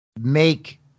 make